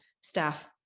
staff